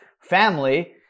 family